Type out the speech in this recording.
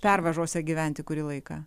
pervažose gyventi kurį laiką